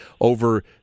over